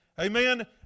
Amen